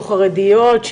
או חרדיות,